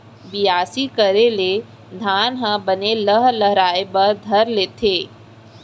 बियासी करे ले धान ह बने लहलहाये बर धर लेथे